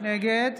נגד